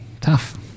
tough